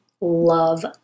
love